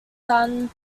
son